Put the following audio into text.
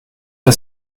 der